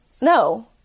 No